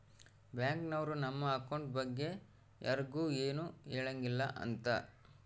bank ನವ್ರು ನಮ್ account ಬಗ್ಗೆ ಯರ್ಗು ಎನು ಹೆಳಂಗಿಲ್ಲ ಅಂತ